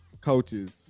coaches